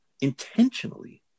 Intentionally